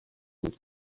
with